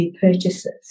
purchases